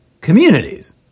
communities